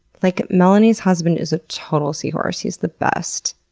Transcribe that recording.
like, melanie's husband is a total seahorse. he's the best.